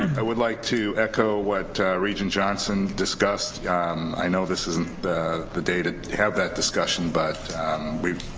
i would like to echo what regent johnson discussed i know this isn't the the day to have that discussion but we've